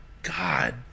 God